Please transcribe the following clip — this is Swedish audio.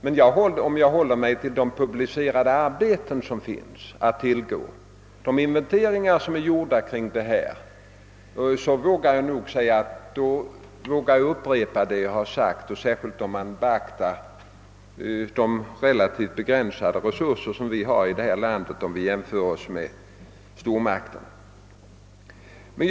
Men om jag håller mig till de publicerade arbeten i form av inventeringar på området, vilka finns att tillgå, vågar jag nog upprepa mitt påstående, särskilt med beaktande av de begränsade resurser vi har i vårt land i jämförelse med de som stormakterna har.